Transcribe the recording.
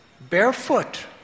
barefoot